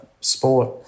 sport